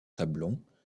sablons